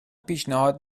پیشنهاد